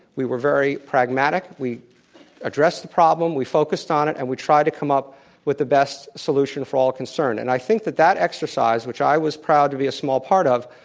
we were very pragmatic. we addressed the problem, we focused on it and we tried to come up with the best solution for all concerned. and i think that that exercise, which i was proud to be a small part of,